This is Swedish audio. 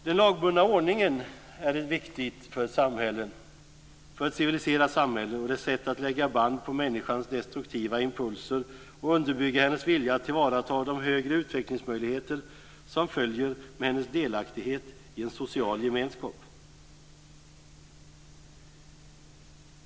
Den lagbundna ordningen är viktig för ett civiliserat samhälle och dess sätt att lägga band på människans destruktiva impulser och underbygga hennes vilja att tillvarata de högre utvecklingsmöjligheter som följer med hennes delaktighet i en social gemenskap.